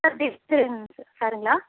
sir சாருங்களா